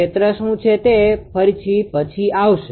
ક્ષેત્ર શુ છે તે પછીથી આવશે